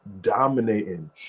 dominating